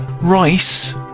rice